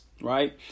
right